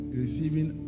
receiving